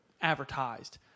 advertised